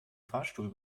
fahrstuhl